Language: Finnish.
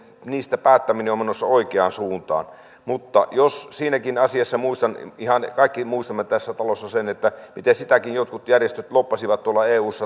niistä päättäminen on menossa oikeaan suuntaan mutta siinäkin asiassa ihan kaikki tässä talossa muistamme miten sitäkin jotkut järjestöt lobbasivat tuolla eussa